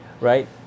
right